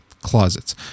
closets